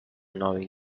knowing